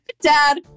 Dad